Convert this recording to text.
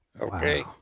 Okay